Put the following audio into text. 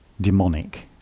demonic